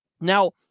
Now